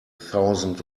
thousand